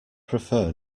prefer